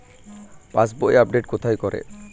পাসবই update কোথায় করে?